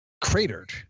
cratered